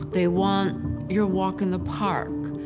they want your walk in the park,